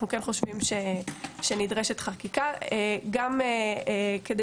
אנחנו חושבים שכן נדרשת חקיקה גם כדי